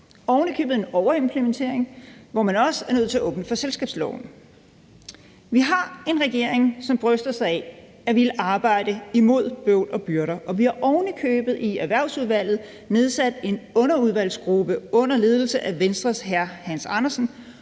oven i købet en overimplementering, hvor man også er nødt til at åbne for selskabsloven. Vi har en regering, som bryster sig af at ville arbejde imod bøvl og byrder, og vi har ovenikøbet i Erhvervsudvalget nedsat en underudvalgsgruppe under ledelse af Venstres hr. Hans Andersen,